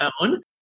own